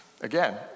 again